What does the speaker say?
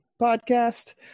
podcast